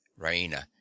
Raina